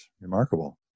Remarkable